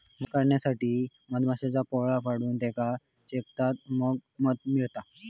मध काढण्यासाठी मधमाश्यांचा पोळा फोडून त्येका चेपतत मग मध मिळता